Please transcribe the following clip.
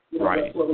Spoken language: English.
Right